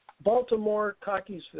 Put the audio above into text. Baltimore-Cockeysville